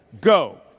go